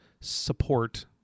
support